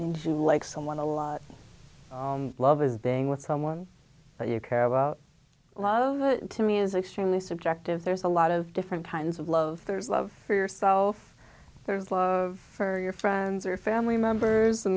and like someone a lot love is being with someone you care about love to me is extremely subjective there's a lot of different kinds of love there's love for yourself there's love for your friends or family members